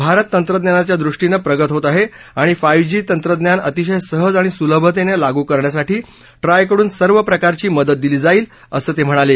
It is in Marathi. भारत तंत्रज्ञानाच्या दृष्टीनं प्रगत होत आहे आणि फाईव्ह जी तंत्रज्ञान अतिशय सहज आणि सुलभतेनं लागू करण्यासाठी ट्रायकडून सर्व प्रकारची मदत दिली जाईल असं ते म्हणाले